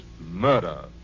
Murder